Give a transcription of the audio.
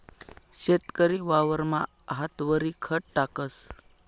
शेतकरी वावरमा हातवरी खत टाकस